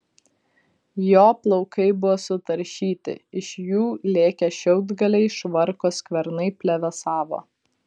jo plaukai buvo sutaršyti iš jų lėkė šiaudgaliai švarko skvernai plevėsavo